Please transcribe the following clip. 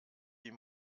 die